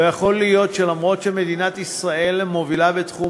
לא יכול להיות שאף שישראל מובילה בתחום